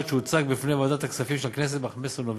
שהוצג בפני ועדת הכספים של הכנסת ב-15 בנובמבר.